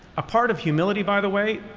a part of humility, by the way,